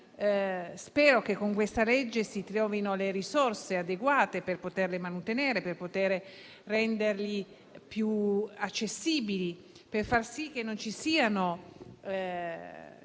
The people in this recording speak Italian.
spero che con questa legge si trovino le risorse adeguate per poterli manutenere e rendere più accessibili, per far sì che i pedoni